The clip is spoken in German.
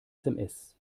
sms